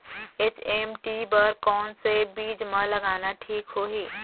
HMT बर कौन से बीज मा लगाना ठीक होही?